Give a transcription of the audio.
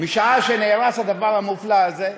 משעה שנהרס הדבר המופלא הזה,